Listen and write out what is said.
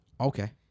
Okay